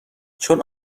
چون